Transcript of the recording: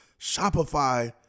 Shopify